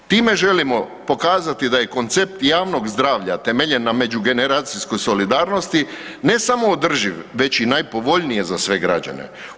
Time želimo pokazati da je koncept javnog zdravlja temeljen na međugeneracijskoj solidarnosti ne samo održiv već i najpovoljniji za sve građane.